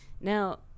now